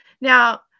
Now